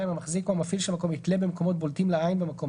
המחזיק או המפעיל של המקום יתלה במקומות בולטים לעין במקום,